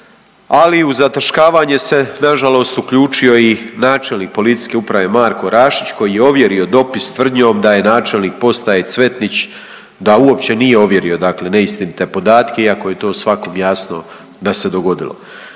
ali u zataškavanje se nažalost uključio i načelnik Policijske uprave Marko Rašić koji je ovjerio dopis tvrdnjom da je načelnik postaje Cvetnić da uopće nije uvjerio, dakle neistinite podatke iako je to svakom jasno da se dogodilo.